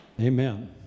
Amen